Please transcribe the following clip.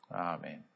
amen